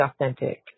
authentic